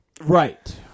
Right